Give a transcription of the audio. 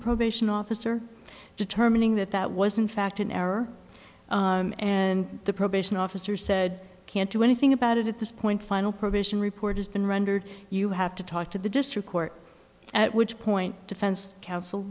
probation officer determining that that was in fact an error and the probation officer said can't do anything about it at this point final probation report has been rendered you have to talk to the district court at which point defense counsel